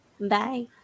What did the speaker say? bye